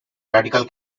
radical